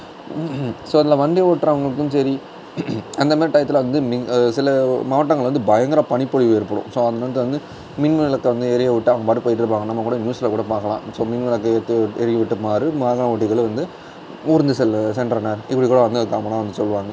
so அதில் வண்டி ஓட்டுறவங்களுக்கும் சரி அந்தமாதிரி டயத்தில் வந்து சில மாவட்டங்கள் வந்து பயங்கர பனிப்பொழிவு ஏற்படும் ஸோ அந்த நேரத்தில் வந்து மின் விளக்கை வந்து எரிய விட்டு அவங்க பாட்டும் போய்ட்டுருப்பாங்க நம்ம கூட நியூஸில் கூட பார்க்கலாம் ஸோ மின்விளக்கை ஏற்றி எரிய விட்டவாறு வாகன ஓட்டிகள் வந்து ஊர்ந்து செல் சென்றனர் இப்படி கூட வந்து காமனாக வந்து சொல்வாங்க